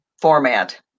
format